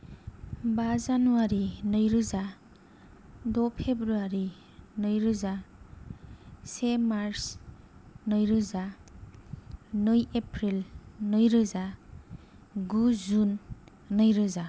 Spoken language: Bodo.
बा जानुवारि नैरोजा द' फ्रेबुवारि नैरोजा से मार्स नैरोजा नै एप्रिल नैरोजा गु जुन नैरोजा